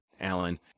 Alan